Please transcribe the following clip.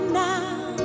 now